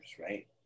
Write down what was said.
right